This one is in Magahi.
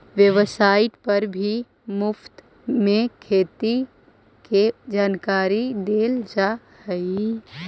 वेबसाइट पर भी मुफ्त में खेती के जानकारी देल जा हई